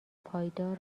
پایدار